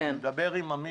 אני מדבר עם אמיר,